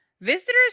Visitors